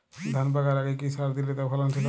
ধান পাকার আগে কি সার দিলে তা ফলনশীল হবে?